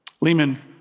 Lehman